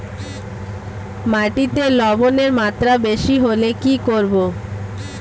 মাটিতে লবণের মাত্রা বেশি হলে কি করব?